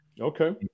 Okay